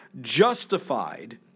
Justified